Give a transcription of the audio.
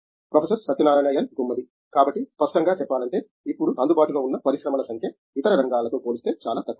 professor Satyanarayana N Gummadi కాబట్టి స్పష్టంగా చెప్పాలంటే ఇప్పుడు అందుబాటులో ఉన్న పరిశ్రమల సంఖ్య ఇతర రంగాలతో పోలిస్తే చాలా తక్కువ